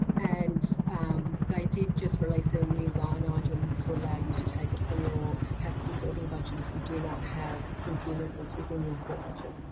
and um they did just release a new line item to allow you to take it from your capacity building budget if you do not have consumables within your core budget,